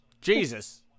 Jesus